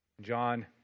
John